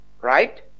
right